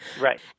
Right